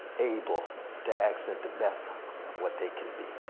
able to access the best of what they can be.